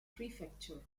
prefecture